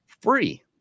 free